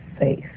safe